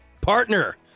partner